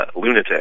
lunatic